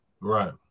Right